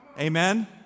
Amen